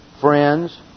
friends